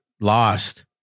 lost